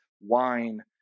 wine